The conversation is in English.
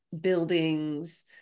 buildings